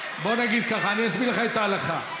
אני אסביר לך את ההלכה.